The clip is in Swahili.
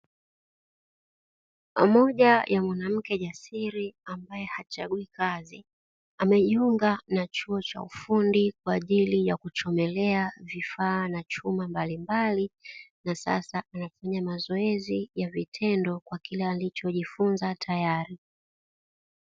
Moja wa mwanamke jasiri ambaye hachagui kazi, amejiunga na chuo cha ufundi kwa ajili kuchomelea vifaa na chuma mbalimbali na sasa anafanya mazoezi ya vitendo kwa kile alichojifunza tayari.